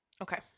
Okay